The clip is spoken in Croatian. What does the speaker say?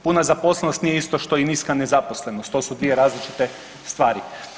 Puna zaposlenost nije isto što i niska nezaposlenost, to su dvije različite stvari.